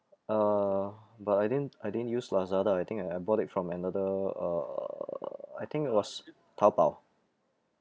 uh but I didn't I didn't use lazada I think I I bought it from another uh I think it was taobao